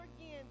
again